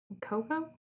Coco